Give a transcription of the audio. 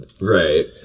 right